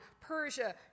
Persia